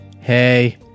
Hey